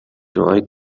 دعای